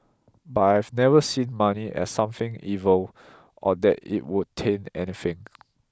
but I've never seen money as something evil or that it would taint anything